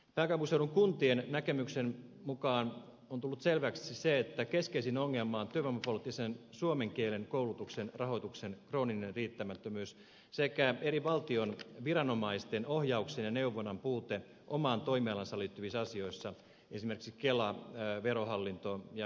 pääkaupunkiseudun kuntien näkemyksen mukaan on tullut selväksi se että keskeisin ongelma on työvoimapoliittisen suomen kielen koulutuksen rahoituksen krooninen riittämättömyys sekä eri valtion viranomaisten ohjauksen ja neuvonnan puute omaan toimialaansa liittyvissä asioissa esimerkiksi kelan verohallinnon ja jopa migrin